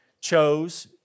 chose